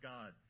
God